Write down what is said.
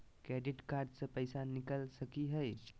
Credit card से पैसा निकल सकी हय?